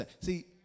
See